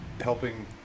helping